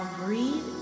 breathe